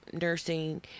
nursing